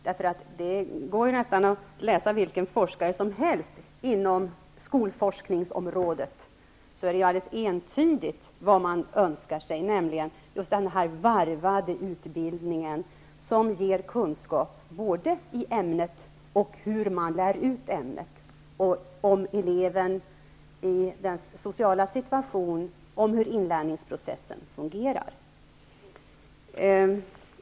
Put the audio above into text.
Man kan läsa nästan vilken forskare som helst inom skolforskningsområdet för att se vad de önskar, och de önskar nästan entydigt just denna varvade utbildning som ger kunskap i ämnet, hur man lär ut ämnet och hur inlärningsprocessen fungerar.